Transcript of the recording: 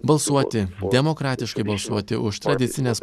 balsuoti demokratiškai balsuoti už tradicines